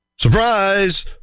Surprise